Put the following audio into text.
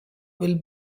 will